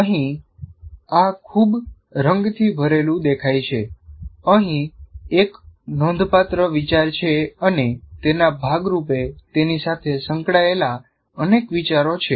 અહીં આ ખૂબ રંગથી ભરેલું દેખાય છે અહીં એક નોંધપાત્ર વિચાર છે અને તેના ભાગ રૂપે તેની સાથે સંકળાયેલા અનેક વિચારો છે